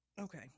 okay